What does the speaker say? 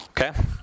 Okay